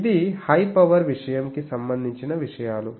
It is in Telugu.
ఇది హై పవర్ విషయం కి సంబందించిన విషయాలు